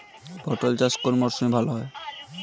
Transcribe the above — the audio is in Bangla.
পটল চাষ কোন মরশুমে ভাল হয়?